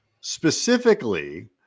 Specifically